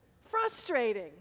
frustrating